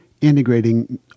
integrating